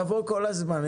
תבוא כל הזמן.